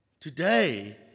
Today